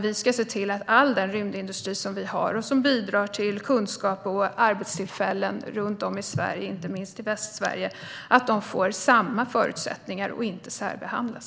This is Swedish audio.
Vi ska se till att all den rymdindustri som vi har - som bidrar till kunskap och arbetstillfällen runt om i Sverige, inte minst i Västsverige - får samma förutsättningar och inte särbehandlas.